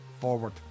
forward